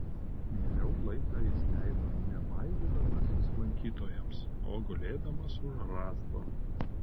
mieliau laiką jis leido ne maivydamasis lankytojams o gulėdamas už rąsto